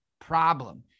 problem